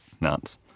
nuts